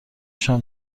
شام